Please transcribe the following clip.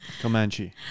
Comanche